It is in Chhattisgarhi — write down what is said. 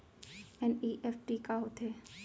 एन.ई.एफ.टी का होथे?